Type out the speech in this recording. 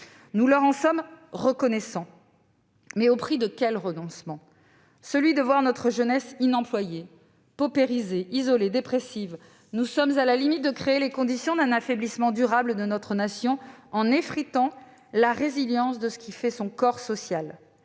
Nous leur en sommes bien sûr reconnaissants, mais au prix de quels renoncements ? Celui de voir notre jeunesse inemployée, paupérisée, isolée et dépressive ! Nous sommes à la limite de créer les conditions d'un affaiblissement durable de notre nation, en effritant la résilience de ce qui fait son corps social,